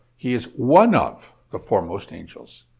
he is one of the foremost angels.